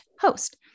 host